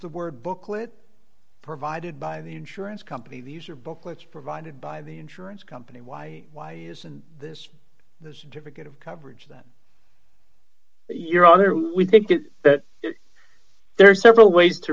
the word booklet provided by the insurance company these are booklets provided by the insurance company why why isn't this this difficult of coverage that your honor we think that there are several ways to